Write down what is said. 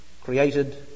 created